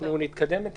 אנחנו נתקדם,